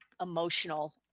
emotional